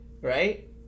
Right